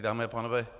Dámy a pánové.